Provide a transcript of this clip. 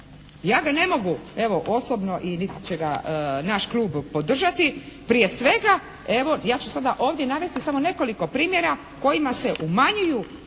Ja ga ne mogu evo osobno i niti će ga naš Klub podržati. Prije svega evo ja ću sada ovdje navesti samo nekoliko primjera kojima se umanjuju